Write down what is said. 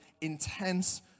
intense